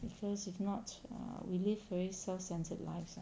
because if not err we live very self-centred lives ah